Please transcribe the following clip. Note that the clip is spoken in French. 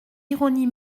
ironie